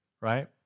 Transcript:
right